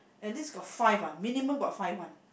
and this got five ah minimum got five [one]